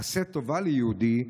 עשה טובה ליהודי,